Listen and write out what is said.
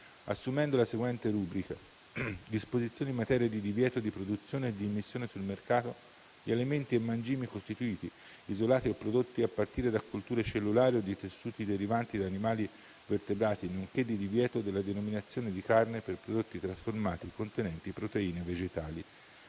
assumendo la seguente rubrica: «Disposizioni in materia di divieto di produzione e di immissione sul mercato di alimenti e mangimi costituiti, isolati o prodotti a partire da colture cellulari o di tessuti derivanti da animali vertebrati nonché di divieto della denominazione di carne per prodotti trasformati contenenti proteine vegetali»,